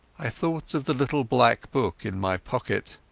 i thought of the little black book in my pocket!